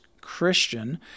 christian